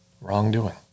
wrongdoing